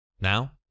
Now